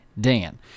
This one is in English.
Dan